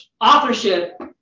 authorship